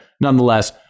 Nonetheless